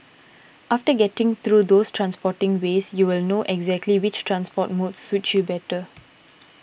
after getting through those transporting ways you will know exactly which transport modes suit you better